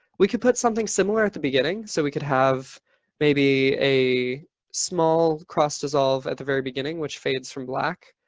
we could put something similar at the beginning. so we could have maybe a small cross dissolve at the very beginning which fades from black.